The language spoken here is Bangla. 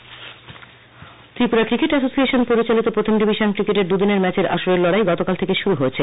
ক্রিকেট ত্রিপুরা ক্রিকেট এসোসিয়েশন পরিচালিত প্রখম ডিভিশন ক্রিকেটের দুদিনের ম্যাচের আসরের লড়াই গতকাল থেকে শুরু হয়েছে